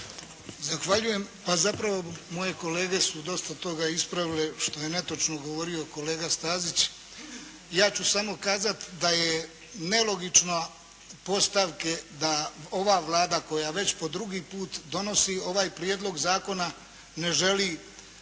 Zahvaljujem. Pa zapravo moje kolege su dosta toga ispravile što je netočno govorio kolega Stazić. Ja ću samo kazati da je nelogično postavke da ova Vlada koja već po drugi put donosi ovaj prijedlog zakona ne želi